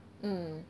mm